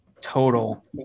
total